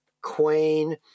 queen